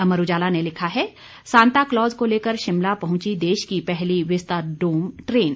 अमर उजाला ने लिखा है सांता क्लॉज को लेकर शिमला पहुंची देश की पहली विस्ताडोम ट्रेन